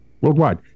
worldwide